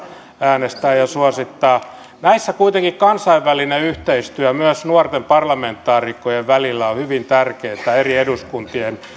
äänestää ja suosittaa näissä kuitenkin kansainvälinen yhteistyö myös nuorten parlamentaarikkojen välillä on hyvin tärkeätä eri eduskuntien